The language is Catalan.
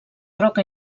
roca